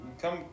come